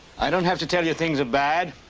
i don't have to tell you things are bad.